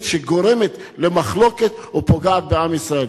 שגורמת למחלוקת ופוגעת בעם ישראל.